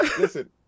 listen